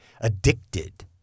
addicted